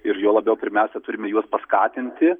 ir juo labiau pirmiausia turim juos paskatinti